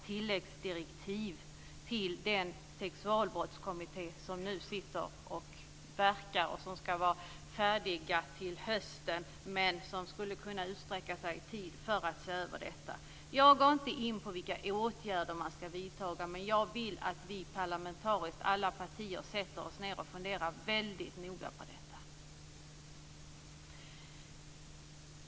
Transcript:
tilläggsdirektiv till den sexualbrottskommitté som nu arbetar och vars arbete ska vara färdigt till hösten. Jag går inte in på vilka åtgärder som man ska vidta, men jag vill att alla riksdagspartier ska fundera väldigt noga på detta.